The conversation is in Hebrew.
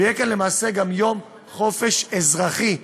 ויהיה כאן למעשה יום חופש אזרחי,